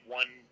one